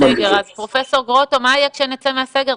פרופ' גרוטו, מה יהיה כשנצא מהסגר?